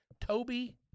Toby